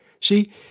See